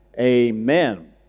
Amen